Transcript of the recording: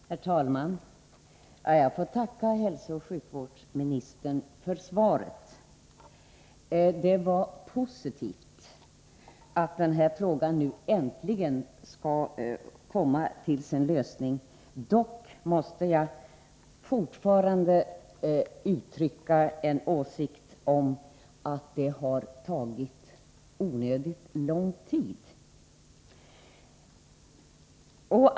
Herr talman! Jag får tacka hälsooch sjukvårdsministern för svaret. Det är positivt att den här frågan nu äntligen skall få sin lösning. Dock måste jag fortfarande uttrycka åsikten att det har tagit onödigt lång tid.